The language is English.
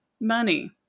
money